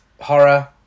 horror